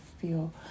feel